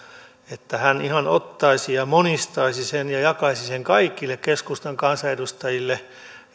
että hän ihan ottaisi ja ja monistaisi sen ja jakaisi sen kaikille keskustan kansanedustajille ja